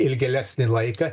ilgėlesnį laiką